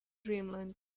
dreamland